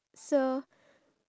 ya